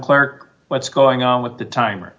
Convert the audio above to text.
clerk what's going on with the timer